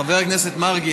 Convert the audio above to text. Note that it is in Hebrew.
חבר הכנסת מרגי,